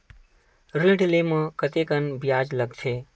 ऋण ले म कतेकन ब्याज लगथे?